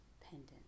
pendant